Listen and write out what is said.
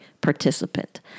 participant